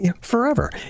forever